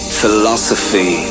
philosophy